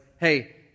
hey